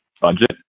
budget